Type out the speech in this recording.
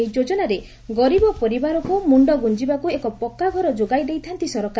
ଏହି ଯୋଜନାରେ ଗରିବ ପରିବାରକୁ ମୁଣ୍ ଗୁଞ୍ଚିବାକୁ ଏକ ପକ୍କାଘର ଯୋଗାଇ ଦେଇଥାନ୍ତି ସରକାର